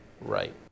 Right